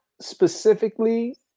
specifically